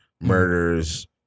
murders